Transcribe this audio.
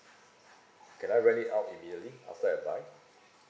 can I rent it out immediately after I buy